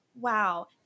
wow